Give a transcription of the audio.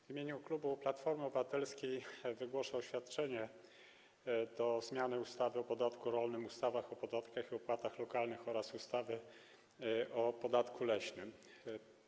W imieniu klubu Platformy Obywatelskiej wygłoszę oświadczenie dotyczące zmiany ustawy o podatku rolnym, ustawy o podatkach i opłatach lokalnych oraz ustawy o podatku leśnym.